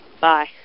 Bye